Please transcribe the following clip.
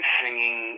singing